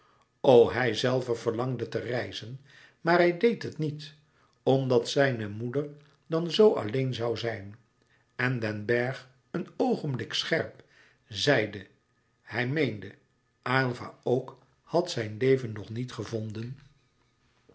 hijzelve verlangde te reizen maar hij deed het niet omdat zijne moeder dan zoo alleen zoû zijn en den bergh een oogenblik scherp zeide hij meende aylva ook had zijn leven nog louis couperus metamorfoze niet gevonden